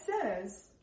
says